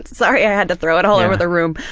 sorry i had to throw it all over the room.